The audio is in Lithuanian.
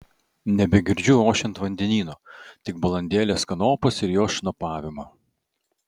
nebegirdžiu ošiant vandenyno tik balandėlės kanopas ir jos šnopavimą